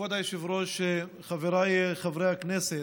כבוד היושב-ראש, חבריי חברי הכנסת,